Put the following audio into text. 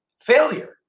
failure